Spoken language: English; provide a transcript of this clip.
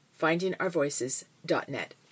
findingourvoices.net